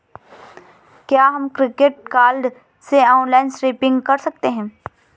क्या हम credit card से ऑनलाइन शॉपिंग कर सकते हैं?